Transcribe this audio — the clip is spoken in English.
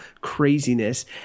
craziness